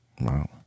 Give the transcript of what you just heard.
Wow